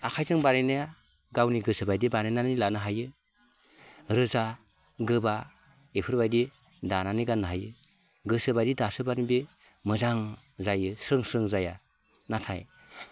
आखाइजों बानायनाया गावनि गोसोबायदि बानायनानै लानो हायो रोजा गोबा बेफोरबायदि दानानै गान्नो हायो गोसोबायदि दासोबानो दे मोजां जायो स्रों स्रों जाया नाथाय